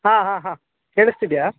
ಹಾಂ ಹಾಂ ಹಾಂ ಕೇಳಿಸ್ತಿದೆಯಾ